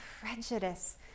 prejudice